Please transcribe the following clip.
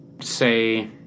Say